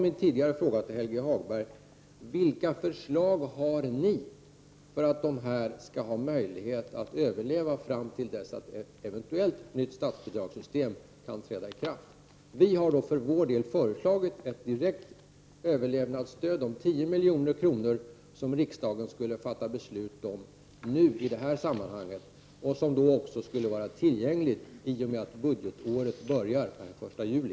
Min tidigare fråga till Helge Hagberg var: Vad föreslår ni för att de skall ha möjligheter att överleva tills ett eventuellt nytt statsbidragssystem kan träda i kraft? Vi har för vår del föreslagit ett direkt överlevnadsstöd på 10 milj.kr., som riksdagen skulle fatta beslut om i det här sammanhanget och som skulle vara tillgängligt i och med att budgetåret börjar den 1 juli.